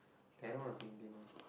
the other one is Indian one